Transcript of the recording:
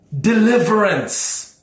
deliverance